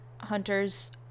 hunters